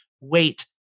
wait